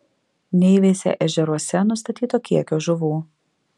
neįveisė ežeruose nustatyto kiekio žuvų